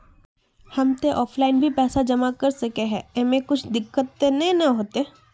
हम ते ऑफलाइन भी ते पैसा जमा कर सके है ऐमे कुछ दिक्कत ते नय न होते?